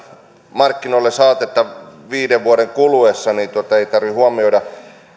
markkinoille saateta viiden vuoden kuluessa niin ei tarvitse huomioida täällä